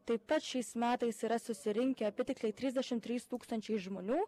taip pat šiais metais yra susirinkę apytiksliai trisdešim trys tūkstančiai žmonių